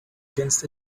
against